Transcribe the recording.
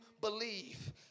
believe